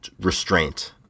restraint